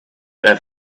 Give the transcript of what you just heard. and